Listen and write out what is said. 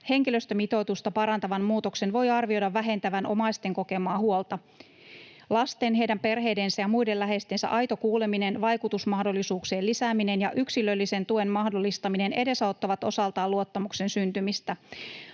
Henkilöstömitoitusta parantavan muutoksen voi arvioida vähentävän omaisten kokemaa huolta. Lasten, heidän perheidensä ja muiden läheistensä aito kuuleminen, vaikutusmahdollisuuksien lisääminen ja yksilöllisen tuen mahdollistaminen edesauttavat osaltaan luottamuksen syntymistä.